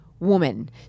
Woman